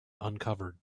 uncovered